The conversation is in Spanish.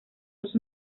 sus